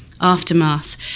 aftermath